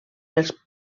els